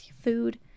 Food